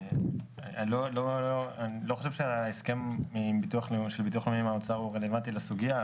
אני לא חושב שההסכם של ביטוח לאומי עם האוצר הוא רלוונטי לסוגיה,